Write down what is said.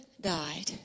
died